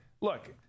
look